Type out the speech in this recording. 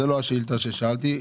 זו לא השאילתה ששאלתי.